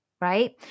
right